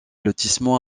lotissement